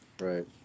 Right